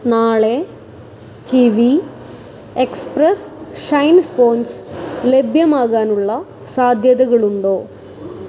നാളെ Kiwi express shine sponge ലഭ്യമാകാനുള്ള സാധ്യതകളുണ്ടോ